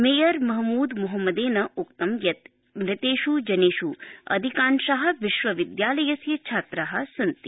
mayor Mahmoud मोहम्मेदेनोक्तं यत् मृतेष् जनेष अधिकांश विश्वविद्यालयस्य छात्रा सन्ति